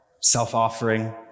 self-offering